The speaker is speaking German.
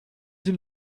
sie